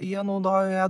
jie naudojo ją